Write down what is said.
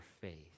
faith